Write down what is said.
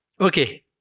Okay